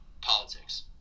politics